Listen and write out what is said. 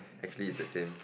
actually it's the same